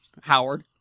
Howard